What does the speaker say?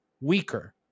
weaker